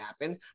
happen